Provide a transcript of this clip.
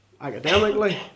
academically